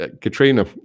katrina